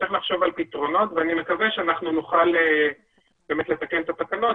לחשוב על פתרונות ואני מקווה שנוכל לתקן את התקנות.